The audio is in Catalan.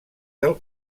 del